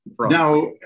Now